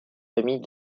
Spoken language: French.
famille